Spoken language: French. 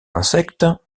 insectes